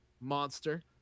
monster